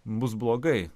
bus blogai